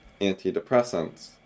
antidepressants